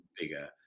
bigger